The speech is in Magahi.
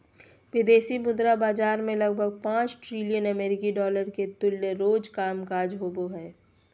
विदेशी मुद्रा बाजार मे लगभग पांच ट्रिलियन अमेरिकी डॉलर के तुल्य रोज कामकाज होवो हय